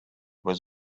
was